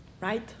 right